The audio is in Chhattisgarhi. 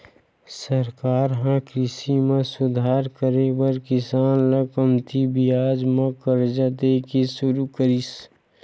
सरकार ह कृषि म सुधार करे बर किसान ल कमती बियाज म करजा दे के सुरू करिस